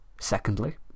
Secondly